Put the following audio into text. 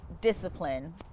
discipline